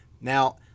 Now